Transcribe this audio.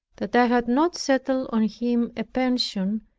that i had not settled on him a pension,